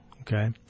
okay